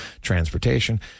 Transportation